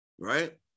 right